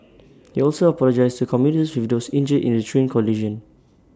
he also apologised to commuters with those injured in the train collision